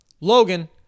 Logan